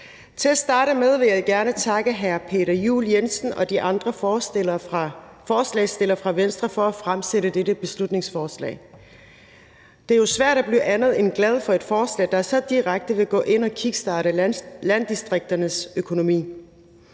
Til at starte med vil jeg gerne takke hr. Peter Juel-Jensen og de andre forslagsstillere fra Venstre for at fremsætte dette beslutningsforslag. Det er jo svært at blive andet end glad for et forslag, der så direkte vil gå ind og kickstarte landdistrikternes økonomi.